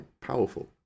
powerful